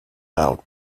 out